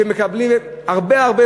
שמקבלים הרבה הרבה,